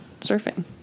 surfing